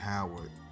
Howard